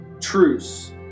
truce